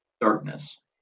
darkness